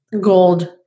gold